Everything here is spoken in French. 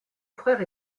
frère